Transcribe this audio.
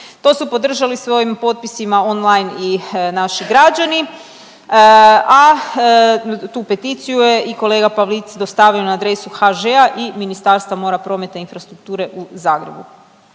To su podržali svojim potpisima on-line i naši građani, a tu peticiju je i kolega Pavlic dostavio na adresu HŽ-a i Ministarstva mora, prometa, infrastrukture u Zagrebu.